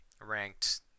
ranked